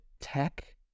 tech